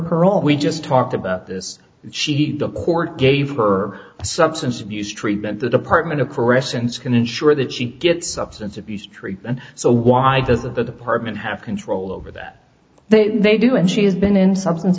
parole we just talked about this sheet of court gave her a substance abuse treatment the department of corrections can ensure that she gets substance abuse treatment so why does the department have control over that they they do and she has been in substance